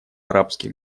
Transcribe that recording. арабских